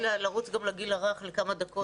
אני חייבת לרוץ גם לגיל הרך לכמה דקות.